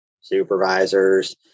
supervisors